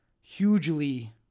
hugely